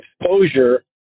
exposure